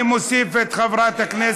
ואני מוסיף את חברת הכנסת,